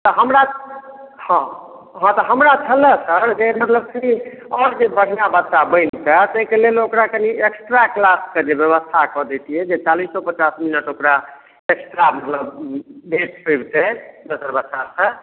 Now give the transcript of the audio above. तऽ हमरा हँ तऽ हमरा छलऽ सर जे मतलब कि आओर जे बढ़िआँ बच्चा बनितै ताहिके लेल ओकरा कनी एक्स्ट्रा क्लासके जे व्यवस्था कऽ दैतियै जे चालिसो पचास मिनट ओकरा एक्स्ट्रा मतलब भेट पबतियै दोसर बच्चासँ